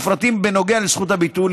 ופרטים בנוגע לזכות הביטול,